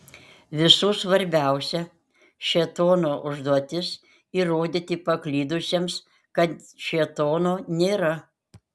visų svarbiausia šėtono užduotis įrodyti paklydusiems kad šėtono nėra